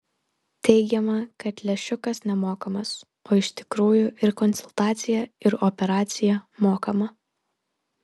teigiama kad lęšiukas nemokamas o iš tikrųjų ir konsultacija ir operacija mokama